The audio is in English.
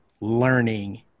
learning